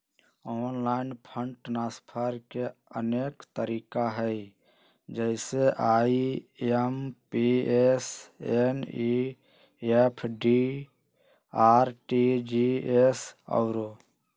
online fund transfer के अनेक तरिका हइ जइसे आइ.एम.पी.एस, एन.ई.एफ.टी, आर.टी.जी.एस आउरो